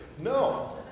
No